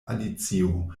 alicio